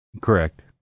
Correct